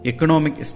Economic